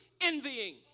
envying